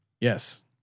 yes